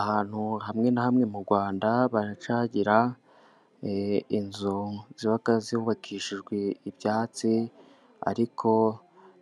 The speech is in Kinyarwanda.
Ahantu hamwe na hamwe mu Rwanda, baracyagira inzu ziba zubakishijwe ibyatsi ariko